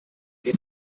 die